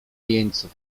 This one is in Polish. jeńców